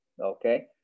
okay